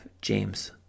James